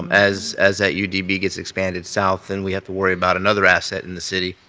um as as that u d b. gets expanded south and we have to worry about another asset in the city,